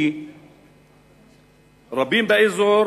כי רבים באזור